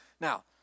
Now